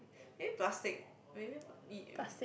maybe plastic maybe